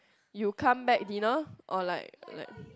you come back dinner or like like